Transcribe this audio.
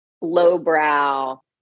lowbrow